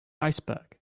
iceberg